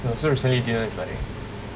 ya so recently dinner is like